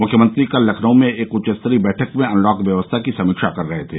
मुख्यमंत्री कल लखनऊ में एक उच्चस्तरीय बैठक में अनलॉक व्यवस्था की समीक्षा कर रहे थे